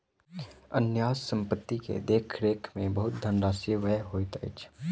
न्यास संपत्ति के देख रेख में बहुत धनराशि व्यय होइत अछि